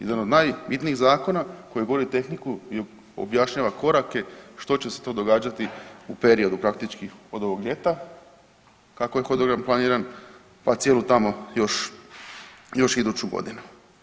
Jedan od najbitnijih zakona koji govori tehniku i objašnjava korake što će se to događati u periodu praktički od ovog ljeta, kako je hodogram planiram, pa cijelu tamo još, još iduću godinu.